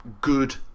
good